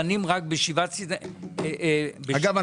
אגב,